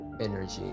energy